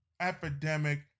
epidemic